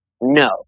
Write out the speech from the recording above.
No